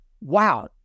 wow